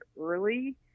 early